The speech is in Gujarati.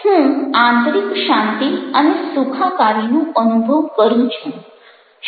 હું આંતરિક શાંતિ અને સુખાકારીનો અનુભવ કરું છું